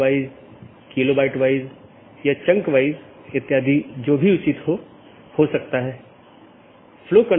हम बताने की कोशिश कर रहे हैं कि राउटिंग प्रोटोकॉल की एक श्रेणी इंटीरियर गेटवे प्रोटोकॉल है